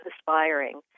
aspiring